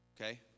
okay